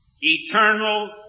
eternal